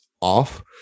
off